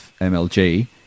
MLG